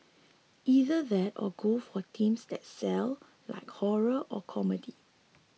either that or go for teams that sell like horror or comedy